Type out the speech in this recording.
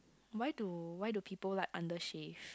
why do why do people like under shave